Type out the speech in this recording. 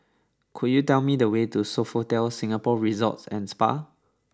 could you tell me the way to Sofitel Singapore Resort and Spa